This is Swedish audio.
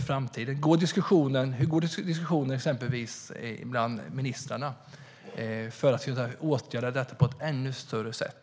Hur går diskussionen bland ministrarna när det gäller att åtgärda detta på ett ännu bättre sätt?